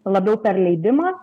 labiau per leidimą